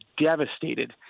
devastated